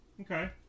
Okay